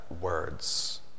words